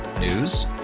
News